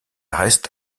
reste